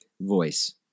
voice